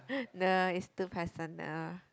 no is too personal